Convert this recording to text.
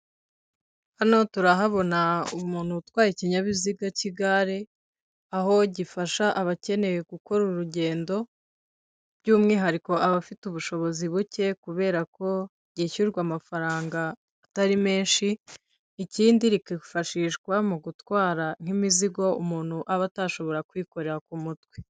Hano turahabona umuntu utwaye ikinyabiziga cy'igare aho gifasha abakenewe gukora urugendo by'umwihariko abafite ubushobozi buke kubera ko ryishyurwa amafaranga atari menshi, ikindi rikifashishwa mu gutwara nk'imizigo umuntu aba atashobora kwikorera ku mutwe.